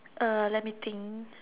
uh let me think